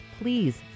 please